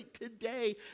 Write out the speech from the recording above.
today